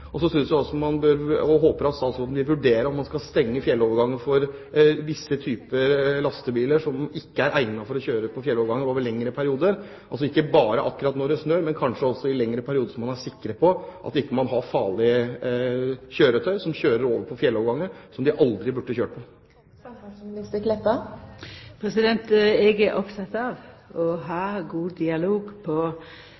håper jeg at statsråden vil vurdere om man skal stenge fjellovergangene i lengre perioder for visse typer lastebiler som ikke er egnet for å kjøre der, altså ikke bare akkurat når det snør, men kanskje også i lengre perioder, slik at man er sikker på at farlige kjøretøy ikke kjører over fjelloverganger som de aldri burde kjørt på. Eg er oppteken av å ha